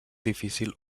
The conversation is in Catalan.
difícil